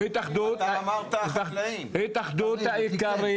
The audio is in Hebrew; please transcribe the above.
התאחדות האיכרים